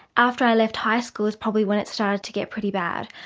after i left high school is probably when it started to get pretty bad.